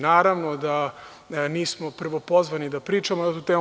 Naravno da nismo prvopozvani da pričamo na temu.